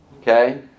Okay